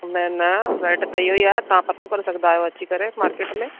न न रेट त इहो ई आ तां पातो करे सघंदा आहियो अची करे मार्केट में